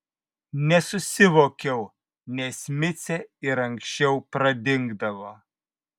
nesusivokiau nes micė ir anksčiau pradingdavo